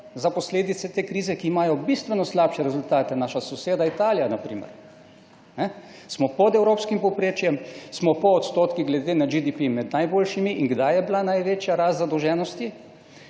za posledice te krize, ki imajo bistveno slabše rezultate, naša soseda Italija, na primer. Smo pod evropskim povprečjem, smo po odstotkih glede na GDP med najboljšimi. Kdaj je bila največja rast zadolženosti?